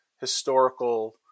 historical